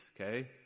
okay